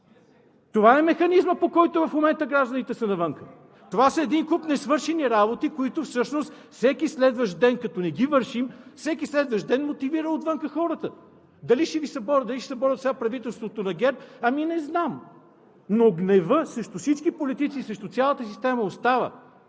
Това е механизмът, по който в момента гражданите са навън, това са един куп несвършени работи, които всъщност всеки следващ ден като не ги вършим, всеки следващ ден мотивира отвън хората. Дали ще Ви съборят, дали ще съборят сега правителството на ГЕРБ: „Ами не знам!“ Но гневът срещу всички политици, срещу цялата система остава